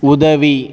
உதவி